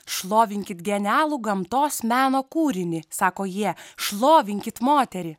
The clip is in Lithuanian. šlovinkit genialų gamtos meno kūrinį sako jie šlovinkit moterį